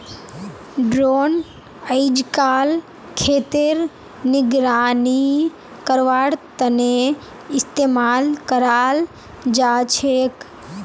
drone अइजकाल खेतेर निगरानी करवार तने इस्तेमाल कराल जाछेक